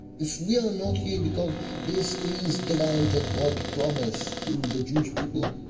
if we are not here because this is the land that god promised to the jewish people,